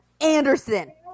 Anderson